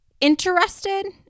interested